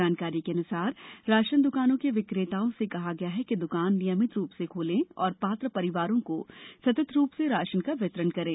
जानकारी के अनुसार राशन दुकानों के विक्रेताओं से कहा गया है कि दुकान नियमित रूप से खोलें और पात्र परिवारो को सतत रूप से राशन का वितरण करें